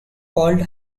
called